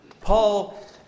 Paul